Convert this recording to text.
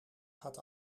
gaat